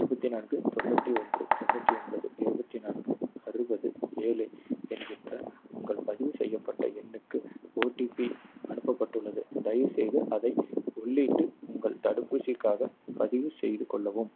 அறுபத்தி நான்கு தொண்ணுற்றி ஒன்று தொண்ணுற்றி ஒன்பது இருபத்தி நான்கு அறுபது ஏழு என்கின்ற உங்கள் பதிவு செய்யப்பட்ட எண்ணுக்கு ஓடிபி அனுப்பப்பட்டுள்ளது தயவுசெய்து அதை உள்ளிட்டு உங்கள் தடுப்பூசிக்காகப் பதிவுசெய்து கொள்ளவும்